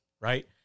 right